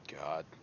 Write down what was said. God